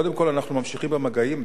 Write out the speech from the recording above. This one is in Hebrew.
קודם כול, אנחנו ממשיכים במגעים.